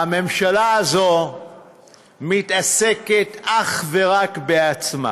הממשלה הזאת מתעסקת אך ורק בעצמה,